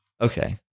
Okay